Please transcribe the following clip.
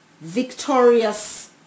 victorious